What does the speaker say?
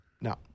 No